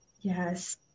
yes